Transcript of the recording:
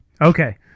Okay